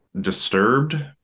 disturbed